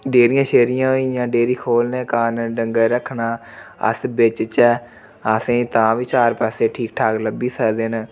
डेरियां शेरियां होई गेइयां डेरी खोलने कारण डंगर रक्खना अस बेचचै असेंगी तां बी चार पेसे ठीक ठाक लब्भी सकदे न